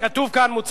כתוב כאן: